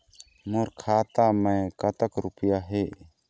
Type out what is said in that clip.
मोर खाता मैं कतक रुपया हे?